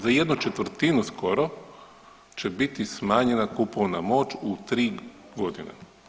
Za jednu četvrtinu skoro će biti smanjena kupovna moć u tri godine.